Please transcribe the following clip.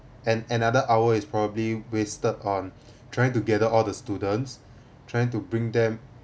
and another hour is probably wasted on trying to gather all the students trying to bring them